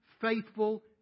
faithful